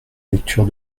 lecture